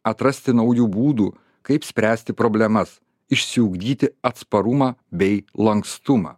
atrasti naujų būdų kaip spręsti problemas išsiugdyti atsparumą bei lankstumą